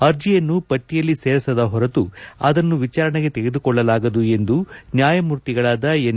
ಅರ್ಜಿಯನ್ನು ಪಟ್ಟಿಯಲ್ಲಿ ಸೇರಿಸದ ಹೊರತು ಅದನ್ನು ವಿಚಾರಣೆಗೆ ತೆಗೆದುಕೊಳ್ಳಲಾಗದು ಎಂದು ನ್ಯಾಯಮೂರ್ತಿಗಳಾದ ಎನ್